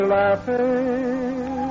laughing